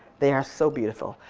they are so beautiful.